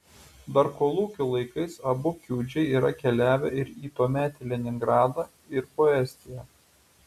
dar kolūkių laikais abu kiudžiai yra keliavę ir į tuometį leningradą ir po estiją